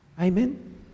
Amen